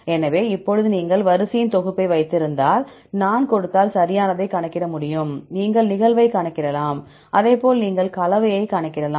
எனவே இப்போது நீங்கள் வரிசையின் தொகுப்பை வைத்திருந்தால் நான் கொடுத்தால் சரியானதைக் கணக்கிட முடியும் நீங்கள் நிகழ்வைக் கணக்கிடலாம் அதே போல் நீங்கள் கலவையை கணக்கிடலாம்